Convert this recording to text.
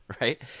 Right